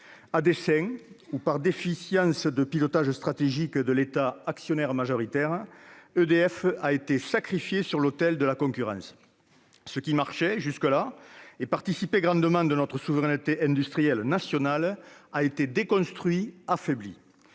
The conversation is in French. À dessein, ou faute de pilotage stratégique de la part l'État, actionnaire majoritaire, EDF a été sacrifiée sur l'autel de la concurrence. Ce qui fonctionnait jusque-là et participait grandement de notre souveraineté industrielle nationale a été déconstruit et affaibli.